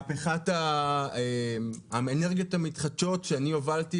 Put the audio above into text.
מהפיכת האנרגיות המתחדשות שאני הובלתי,